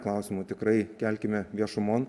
klausimų tikrai kelkime viešumon